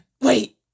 Wait